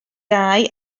dau